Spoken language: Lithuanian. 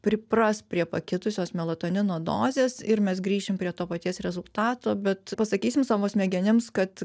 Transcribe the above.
pripras prie pakitusios melatonino dozės ir mes grįšim prie to paties rezultato bet pasakysim savo smegenims kad